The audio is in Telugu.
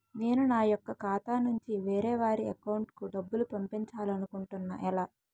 నేను నా యెక్క ఖాతా నుంచి వేరే వారి అకౌంట్ కు డబ్బులు పంపించాలనుకుంటున్నా ఎలా?